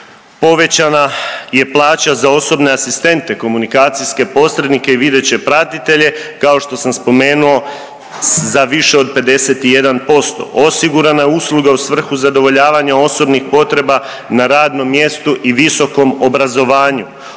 povećana je plaća za osobne asistente, komunikacijske posrednike i videće pratitelje kao što sam spomenuo za više od 51%, osigurana je usluga u svrhu zadovoljena osobnih potreba na radnom mjestu i visokom obrazovanju,